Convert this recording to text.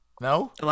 No